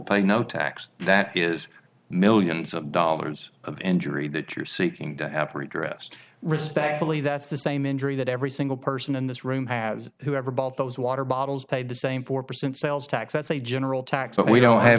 pay no tax that is millions of dollars of injury that you're seeking death redress respectfully that's the same injury that every single person in this room has who ever bought those water bottles pay the same four percent sales tax that's a general tax but we don't have